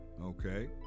Okay